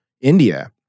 India